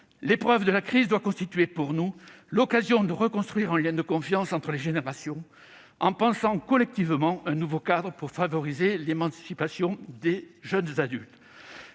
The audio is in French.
L'épreuve de la crise doit constituer pour nous l'occasion de reconstruire un lien de confiance entre les générations, en pensant collectivement un nouveau cadre pour favoriser l'émancipation des jeunes adultes.